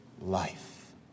life